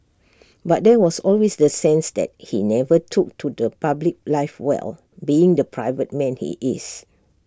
but there was always the sense that he never took to public life well being the private man he is